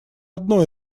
одно